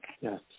Yes